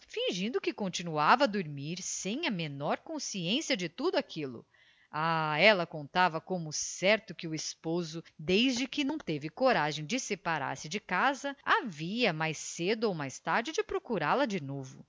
que continuava a dormir sem a menor consciência de tudo aquilo ah ela contava como certo que o esposo desde que não teve coragem de separar-se de casa havia mais cedo ou mais tarde de procurá-la de